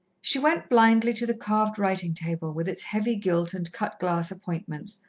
she went blindly to the carved writing-table with its heavy gilt and cut-glass appointments,